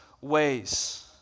ways